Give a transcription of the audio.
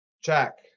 Check